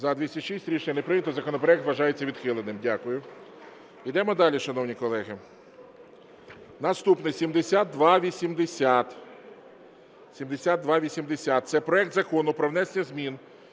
За-206 Рішення не прийнято. Законопроект вважається відхиленим. Дякую. Йдемо далі, шановні колеги. Наступний 7280. Це проект Закону про внесення змін